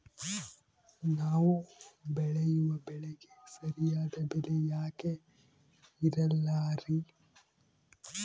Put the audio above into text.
ನಾವು ಬೆಳೆಯುವ ಬೆಳೆಗೆ ಸರಿಯಾದ ಬೆಲೆ ಯಾಕೆ ಇರಲ್ಲಾರಿ?